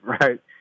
right